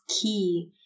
key